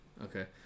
Okay